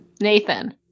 Nathan